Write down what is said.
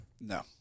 No